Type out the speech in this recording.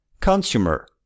Consumer